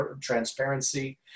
transparency